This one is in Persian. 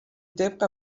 طبق